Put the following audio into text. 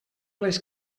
les